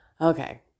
Okay